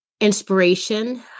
inspiration